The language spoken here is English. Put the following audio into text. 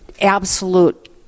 absolute